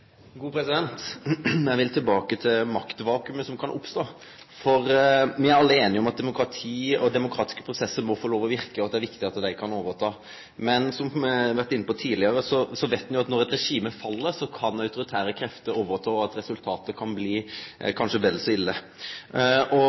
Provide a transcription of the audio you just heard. Eg vil tilbake til maktvakuumet som kan oppstå. Me er alle einige om at demokrati og demokratiske prosessar må få lov til å verke, og at det er viktig at dei kan overta. Men som me har vore inne på tidlegare, så veit me at når eit regime fell, kan autoritære krefter overta, og resultatet kan bli kanskje vel så ille. Egypt er nabolandet til Israel, og